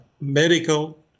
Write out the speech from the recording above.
medical